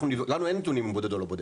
לנו אין נתונים אם הוא בודד או לא בודד.